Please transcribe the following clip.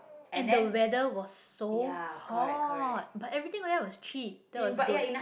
and the weather was so hot but everything where else was cheap that was good